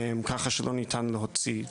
ככה שלא ניתן להוציא,